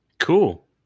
Cool